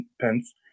Pence